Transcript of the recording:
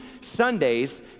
Sundays